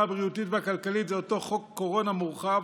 הבריאות והכלכלית זה אותו חוק קורונה מורחב,